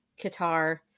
Qatar